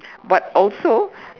but also